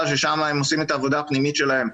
ששם הם עושים את העבודה הפנימית שלהם.